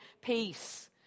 peace